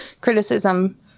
criticism